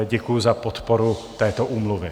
Děkuji za podporu této úmluvy.